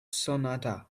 sonata